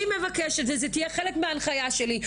אני מבקשת, וזה יהיה חלק מההנחיה שלי.